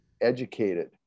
educated